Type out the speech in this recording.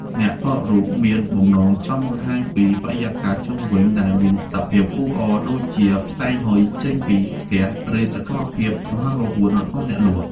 អ្នកថតរូបមានបំណងចង់បង្ហាញពីបរិយាកាសជុំវិញដែលមានសភាពអ៊ូអរ ដូចជាផ្សែងហុយចេញពីខ្ទះ ឬសកម្មភាពរហ័សរហួនរបស់អ្នកលក់។